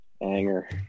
anger